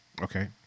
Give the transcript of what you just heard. Okay